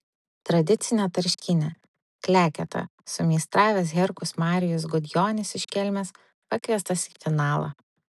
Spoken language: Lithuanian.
tradicinę tarškynę kleketą sumeistravęs herkus marijus gudjonis iš kelmės pakviestas į finalą